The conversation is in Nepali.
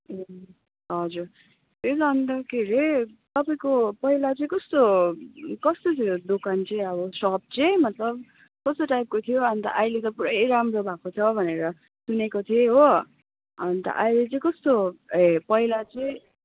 ए हजुर त्यही त अन्त के अरे तपाईँको पहिला चाहिँ कस्तो कस्तो थियो दोकान चाहिँ अब सप चाहिँ मतलब कस्तो टाइपको थियो अन्त अहिले त पुरै राम्रो भएको छ भनेर सुनेको थिएँ हो अन्त अहिले चाहिँ कस्तो ए पहिला चाहिँ